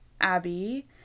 Abby